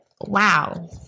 wow